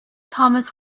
thomas